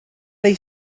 they